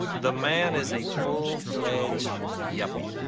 the man is a full-fledged yuppie.